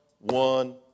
one